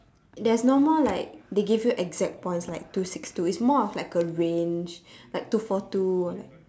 there's no more like they give you exact points like two six two it's more of like a range like two four two or like